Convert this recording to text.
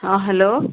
অ hello